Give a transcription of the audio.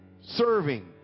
serving